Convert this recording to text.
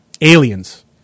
aliens